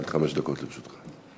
עד חמש דקות לרשותך.